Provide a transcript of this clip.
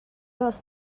dels